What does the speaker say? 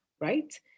right